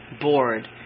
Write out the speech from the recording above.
bored